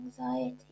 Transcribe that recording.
anxiety